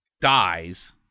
dies